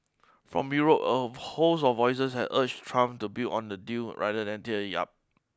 from Europe a host of voices have urged Trump to build on the deal rather than tear it up